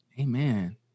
Amen